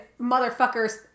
motherfuckers